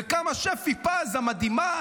וכמה שפי פז המדהימה,